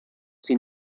sin